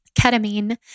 Ketamine